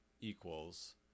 equals